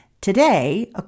Today